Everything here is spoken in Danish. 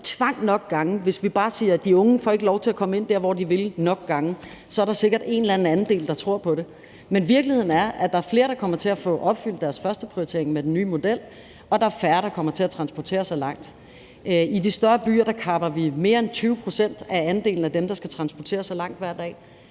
at de unge ikke får lov til at komme ind der, hvor de vil, nok gange, så er der sikkert en andel, der tror på det. Men virkeligheden er, at der er flere, der kommer til at få opfyldt deres første prioritering med den nye model, og at der er færre, der kommer til at transportere sig langt. I de større byer kapper vi mere end 20 pct. af andelen af dem, der skal transportere sig langt hver dag